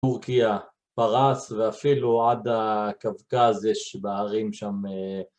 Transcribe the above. טורקיה פרס ואפילו עד הקווקז יש בהרים שם